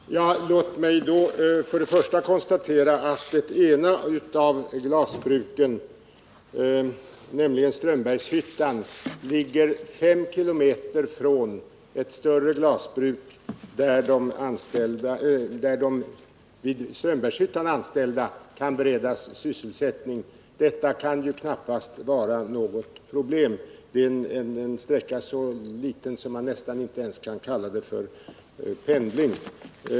Herr talman! Låt mig då först och främst konstatera att det ena av glasbruken, nämligen Strömbergshyttan, ligger 5 km från ett större glasbruk, där de vid Strömbergshyttan anställda kan beredas sysselsättning. Detta kan knappast vara något problem. Det är en så kort sträcka att man nästan inte ens kan kalla det för pendling.